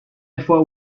thought